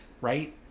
right